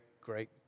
great